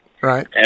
right